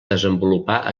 desenvolupar